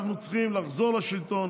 אנחנו צריכים לחזור לשלטון